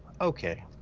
okay